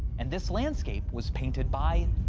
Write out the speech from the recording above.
and this landscape was painted by.